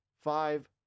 five